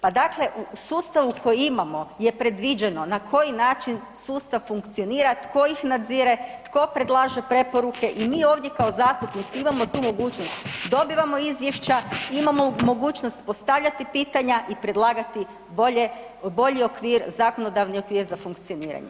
Pa dakle u sustavu koji imamo je predviđeno na koji način sustav funkcionira, tko ih nadzire, tko predlaže preporuke i mi ovdje kao zastupnici imamo tu mogućnost, dobivamo izvješća, imamo mogućnost postavljati pitanja i predlagati bolje, bolji okvir, zakonodavni okvir za funkcioniranje.